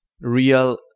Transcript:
real